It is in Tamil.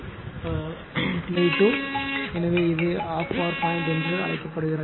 எனவே டி 2 எனவே இது 12 பவர் பாயிண்ட் என்று அழைக்கப்படுகிறது